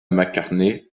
mccartney